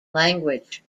language